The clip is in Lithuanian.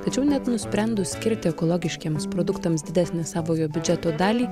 tačiau net nusprendus skirti ekologiškiems produktams didesnę savojo biudžeto dalį